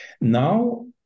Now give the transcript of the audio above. Now